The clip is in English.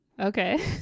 Okay